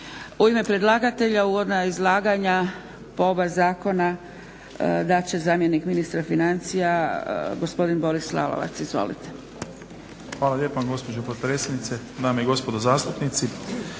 U ime predlagatelja uvodna izlaganja po oba zakona dat će zamjenik ministra financija gospodin Boris Lalovac. Izvolite. **Lalovac, Boris** Hvala lijepa gospođo potpredsjednice. Dame i gospodo zastupnici.